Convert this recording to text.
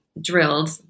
drilled